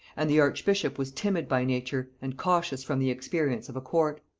and the archbishop was timid by nature, and cautious from the experience of a court.